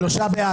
נפל.